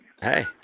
Hey